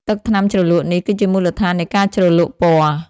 ទឹកថ្នាំជ្រលក់នេះគឺជាមូលដ្ឋាននៃការជ្រលក់ពណ៌។